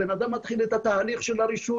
הבן אדם מתחיל את התהליך של הרישוי,